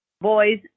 boys